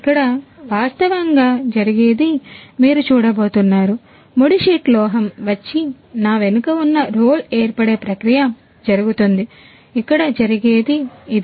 ఇక్కడ వాస్తవముగా జరిగేది మీరు చూడబోతున్నారు ముడి షీట్ లోహము వచ్చి నా వెనుక ఉన్న రోల్ ఏర్పడే ప్రక్రియ జరుగుతుందిఇక్కడ జరిగేది ఇది